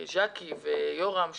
ג'קי ויורם,